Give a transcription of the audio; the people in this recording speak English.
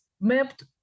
mapped